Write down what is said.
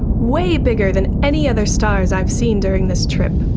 way bigger than any other stars i've seen during this trip.